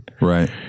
right